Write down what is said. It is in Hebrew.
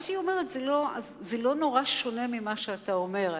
מה שהיא אומרת לא נורא שונה ממה שאתה אומר,